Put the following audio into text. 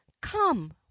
Come